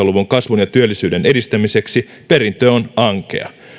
luvun kasvun ja työllisyyden edistämiseksi perintö on ankea